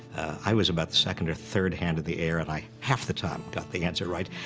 i was about the second or third hand in the air, and i half the time got the answer right.